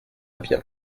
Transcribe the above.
bien